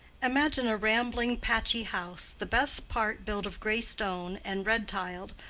imagine a rambling, patchy house, the best part built of gray stone, and red-tiled,